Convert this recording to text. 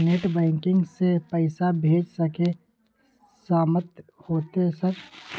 Net banking से पैसा भेज सके सामत होते सर?